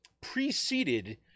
preceded